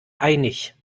einig